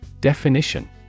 Definition